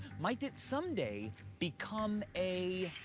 might it someday become a.